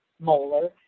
molar